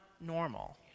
normal